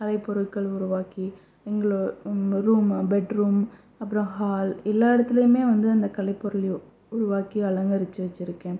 கலை பொருட்கள் உருவாக்கி எங்களை ரூம்மு பெட் ரூம் அப்புறம் ஹால் எல்லா இடத்துலையுமே வந்து அந்த கலை பொருளை உருவாக்கி அலங்கரித்து வச்சுருக்கேன்